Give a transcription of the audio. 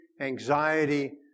anxiety